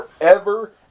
forever